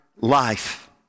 life